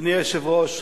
אדוני היושב-ראש,